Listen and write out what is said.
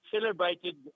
celebrated